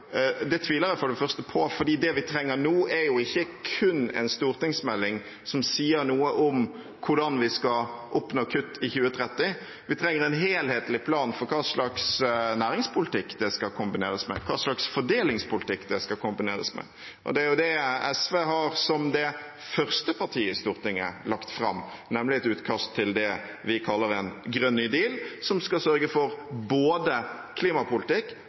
tviler jeg for det første på, for det vi trenger nå, er ikke kun en stortingsmelding som sier noe om hvordan vi skal oppnå kutt i 2030. Vi trenger en helhetlig plan for hva slags næringspolitikk det skal kombineres med, hva slags fordelingspolitikk det skal kombineres med. Og det er det SV, som det første partiet i Stortinget, har lagt fram, nemlig et utkast til det vi kaller en grønn ny deal, som skal sørge for både klimapolitikk,